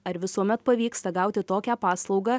ar visuomet pavyksta gauti tokią paslaugą